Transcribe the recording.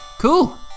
Cool